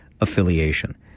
affiliation